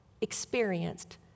experienced